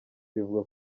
bivugwa